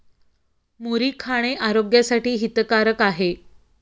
मुरी खाणे आरोग्यासाठी हितकारक आहे